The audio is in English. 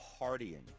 partying